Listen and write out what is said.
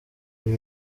ibi